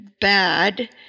bad